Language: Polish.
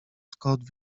scott